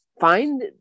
find